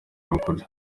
rukuru